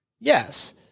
Yes